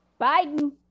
Biden